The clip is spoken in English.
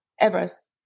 Everest